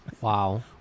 Wow